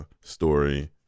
story